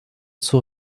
zur